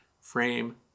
frame